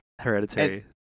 Hereditary